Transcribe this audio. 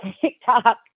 TikTok